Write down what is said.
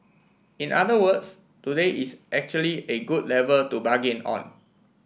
in other words today is actually a good level to bargain on